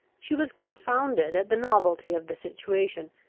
she was confounded at the novelty of the situation,